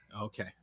Okay